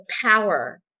power